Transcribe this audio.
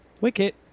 wicket